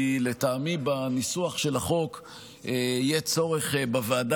כי לטעמי בניסוח של החוק יהיה צורך בוועדה